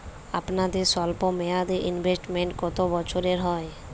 আপনাদের স্বল্পমেয়াদে ইনভেস্টমেন্ট কতো বছরের হয়?